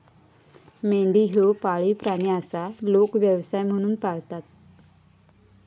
मेंढी ह्यो पाळीव प्राणी आसा, लोक व्यवसाय म्हणून पाळतत